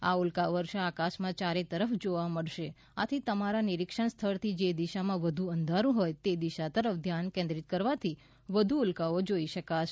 આ ઉલ્કા વર્ષા આકાશમાં ચારે તરફ જોવા મળશે આથી તમારા નિરિક્ષણ સ્થળથી જે દિશામાં વધુ અંધારૂં હોય તે દિશા તરફ ધ્યાન કેન્દ્રીત કરવાથી વધુ ઉલ્કાઓ જોઈ શકાશે